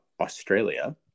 Australia